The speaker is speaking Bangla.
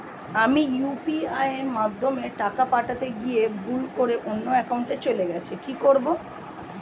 আমি ইউ.পি.আই মাধ্যমে টাকা পাঠাতে গিয়ে ভুল করে অন্য একাউন্টে চলে গেছে কি করব?